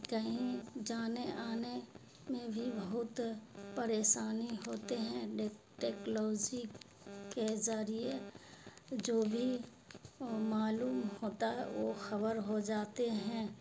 کہیں جانے آنے میں بھی بہت پریشانی ہوتے ہیں ٹیکلوزی کے ذریعے جو بھی معلوم ہوتا وہ خبر ہو جاتے ہیں